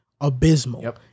abysmal